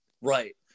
Right